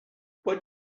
what